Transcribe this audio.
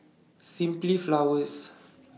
Simply Flowers